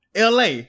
LA